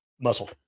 muscle